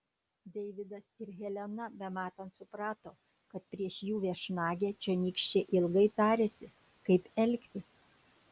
deividas ir helena bematant suprato kad prieš jų viešnagę čionykščiai ilgai tarėsi kaip elgtis